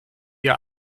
ihr